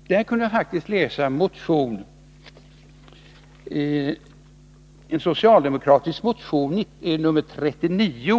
källa, t.ex. i motion 1977:39.